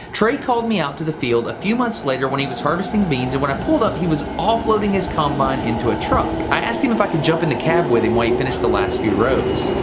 trey called me out to the field a few months later, when he was harvesting beans, and when i pulled up, he was offloading his combine into a truck. i asked him if i could jump into and the cab with him while he finished the last few rows.